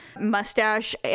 mustache